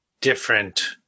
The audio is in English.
different